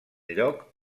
lloc